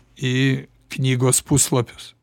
į knygos puslapius